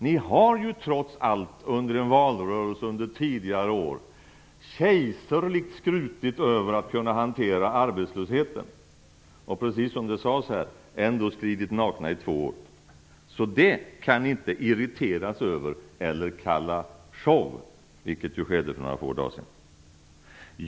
Ni har ju trots allt under tidigare valrörelser kejserligt skrutit över att kunna hantera arbetslösheten och, precis som det sades här, ändå skridit nakna i två år. Så det kan ni inte irriteras över eller kalla show, vilket ju skedde för några dagar sedan.